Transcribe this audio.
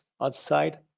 outside